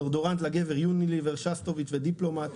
דאודורנט לגבר זה יוניליוור, שסטוביץ ודיפלומט,